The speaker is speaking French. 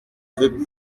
veux